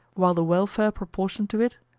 while the welfare proportioned to it,